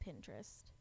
pinterest